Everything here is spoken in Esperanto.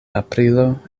aprilo